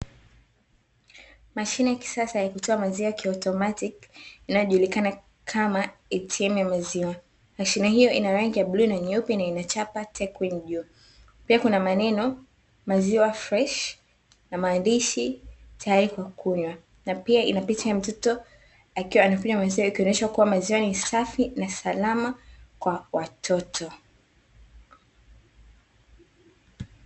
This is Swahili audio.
Mashine ya kisasa ya kutoa maziwa kiotomatiki inayojulikana kama ATM ya mazima mashine hiyo ina rangi ya bluu na nyeupe na ina chapa tekwinijuu pia kuna maneno maziwa fresh na maandishi tayari kwa kunywa na pia ina picha ya mtoto akiwa anakunywa maziwa ikionyeshwa kuwa maziwa ni safi na salama kwa watoto